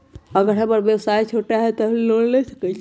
अगर हमर व्यवसाय छोटा है त हम लोन ले सकईछी की न?